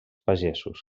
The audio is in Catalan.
pagesos